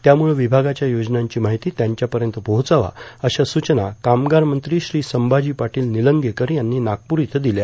त्यामुळं विभागाच्या योजनांची माहिती त्यांच्यापर्यंत पोहचवा अशा सूचना कामगार मंत्री श्री संभाजी पाटील निलंगेकर यांनी नागपूर इथं दिल्या